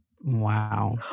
Wow